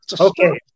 Okay